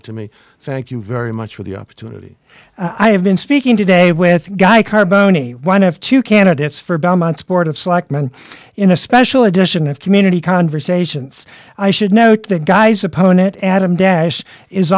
of to me thank you very much for the opportunity i have been speaking today with guy carbone e one of two candidates for belmont sport of selectmen in a special edition of community conversations i should note the guy's opponent adam dash is